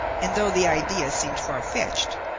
and though the idea seemed farfetched,